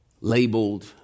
labeled